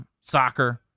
soccer